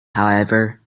however